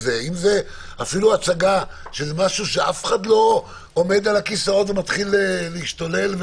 אפילו הצגה של משהו שאף אחד לא עומד על הכיסאות ומתחיל להשתולל,